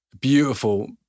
Beautiful